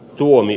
tuomi